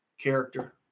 character